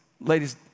ladies